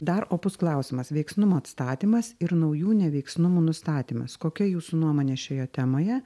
dar opus klausimas veiksnumo atstatymas ir naujų neveiksnumų nustatymas kokia jūsų nuomonė šioje temoje